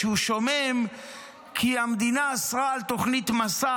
שהוא שומם כי המדינה אסרה על תוכנית מסע